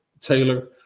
Taylor